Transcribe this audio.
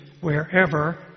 wherever